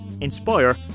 inspire